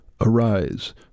Arise